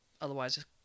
otherwise